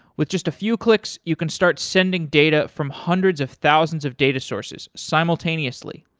with just a few clicks, you can start sending data from hundreds of thousands of data sources simultaneously.